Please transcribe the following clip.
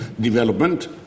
development